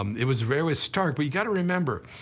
um it was very stark. but you got to remember,